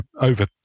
over